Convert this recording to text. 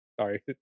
sorry